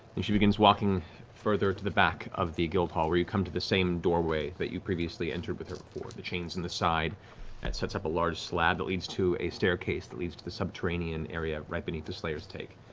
and she begins walking further to the back of the guild hall, where you come to the same doorway that you previously entered with her before. the chains in the side, that sets up a large slab that leads to a staircase that leads to the subterranean area right beneath the slayer's take.